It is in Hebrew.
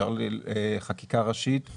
אפשר חקיקה ראשית.